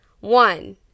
One